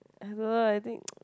I don't know I think